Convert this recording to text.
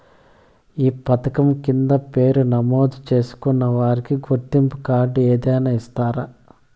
ఈ పథకం కింద పేరు నమోదు చేసుకున్న వారికి గుర్తింపు కార్డు ఏదైనా ఇస్తారా?